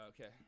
okay